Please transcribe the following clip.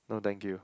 no thank you